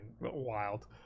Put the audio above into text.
wild